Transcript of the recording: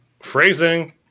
Phrasing